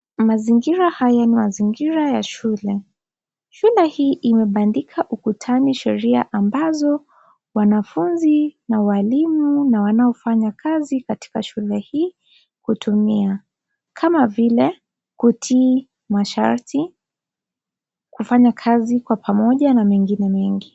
Mazingira haya ni mazingira ya shule. Shule hii imebandika ukutani sheria ambazo wanafunzi na walimu na wanaofanya kazi katika shule hii hutumia. Kama vile kutii masharti, kufanya kazi kwa pamoja na mengine mengi.